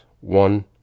One